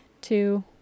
two